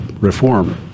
reform